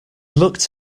looked